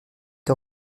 est